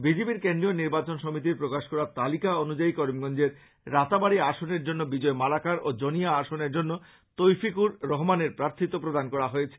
বিজেপির কেন্দ্রীয় নির্বাচন সমিতির প্রকাশ করা তালিকা অনুযায়ী করিমগঞ্জের রাতাবাড়ী আসনের জন্য বিজয় মালাকার ও জনিয়া আসনের জন্য তৌফিকুর রহমানের প্রার্থীত্ব প্রদান করা হয়েছে